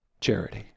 charity